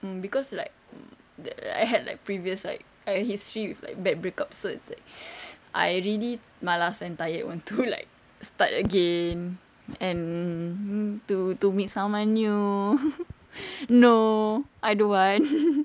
mm cause like I had like previous like history with like bad breakups so it's like I really malas and tired want to like start again and to to meet someone new no I don't want